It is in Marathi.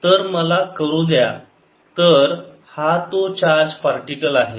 तर मला करू द्या तर हा तो चार्ज पार्टिकल आहे